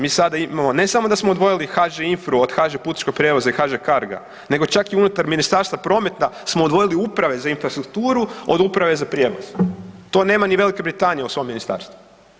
Mi sada imamo ne samo da smo odvojili HŽ Infru od HŽ Putničkog prijevoza i HŽ Cargo-a nego čak i unutar Ministarstva prometa smo odvojili i uprave za infrastrukturu od uprave za prijevoz, to nema ni Velika Britanija u svom ministarstvu.